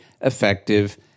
effective